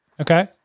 Okay